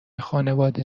خانواده